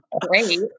great